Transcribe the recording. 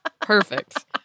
Perfect